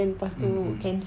mm mm